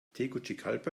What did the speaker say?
tegucigalpa